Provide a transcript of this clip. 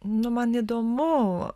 nu man įdomu